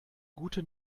gute